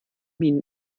minen